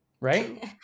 Right